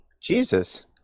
Jesus